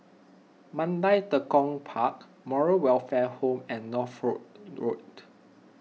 Mandai Tekong Park Moral Welfare Home and Northolt Road